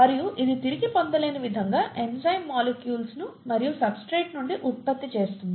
మరియు ఇది తిరిగి పొందలేని విధంగా ఎంజైమ్ మాలిక్యూల్ను మరియు సబ్స్ట్రేట్ నుండి ఉత్పత్తిని ఇస్తుంది